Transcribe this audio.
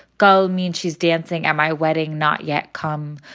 go means she's dancing at my wedding not yet come.